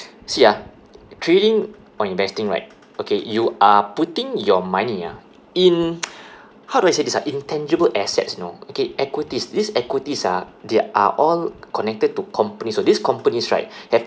see ah trading or investing right okay you are putting your money ah in how do I say this ah in tangible assets you know okay equities this equities ah they are all connected to companies so these companies right have